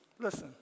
Listen